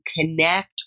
connect